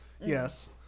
Yes